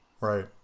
Right